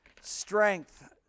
strength